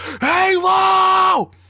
Halo